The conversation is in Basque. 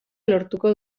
lortuko